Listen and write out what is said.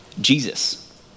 Jesus